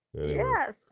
Yes